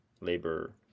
labor